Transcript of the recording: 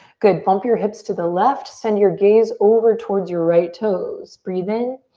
good, bump your hips to the left. send your gaze over towards your right toes. breathe in.